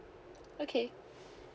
okay